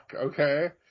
okay